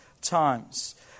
times